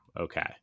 Okay